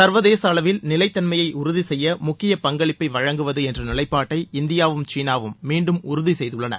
சர்வதேச அளவில் நிலைத்தன்மையை உறுதி செய்ய முக்கிய பங்களிப்பை வழங்குவது என்ற நிலைப்பாட்டை இந்தியாவும் சீனாவும் மீண்டும் உறுதி செய்துள்ளன